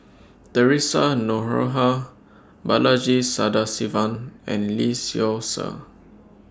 Theresa Noronha Balaji Sadasivan and Lee Seow Ser